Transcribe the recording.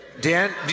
Dan